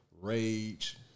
rage